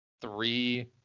three